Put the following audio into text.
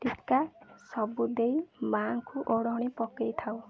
ଟିକା ସବୁ ଦେଇ ମାଆଙ୍କୁ ଓଢ଼ଣି ପକେଇ ଥାଉ